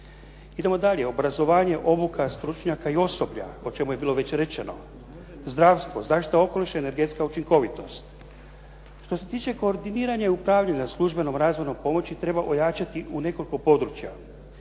Idemo dalje, obrazovanje, obuka stručnjaka i osoblja, o čemu je bilo već rečeno, zdravstvo, zaštita okoliša i energetska učinkovitost. Što se tiče koordiniranja i upravljanja službenom razmjernom pomoći, treba ojačati u nekoliko područja.